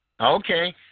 Okay